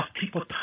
people